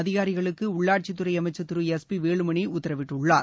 அதிகாரிகளுக்கு உள்ளாட்சித் துறை அமைச்சர் திரு எஸ் பி வேலுமனி உத்தரவிட்டுள்ளார்